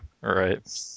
Right